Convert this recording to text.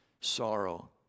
sorrow